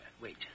Wait